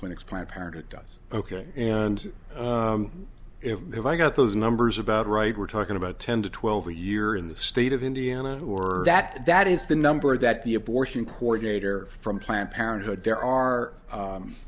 clinics planned parenthood does ok and if i got those numbers about right we're talking about ten to twelve a year in the state of indiana or that that is the number that the abortion court gaiter from planned parenthood there are